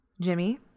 Jimmy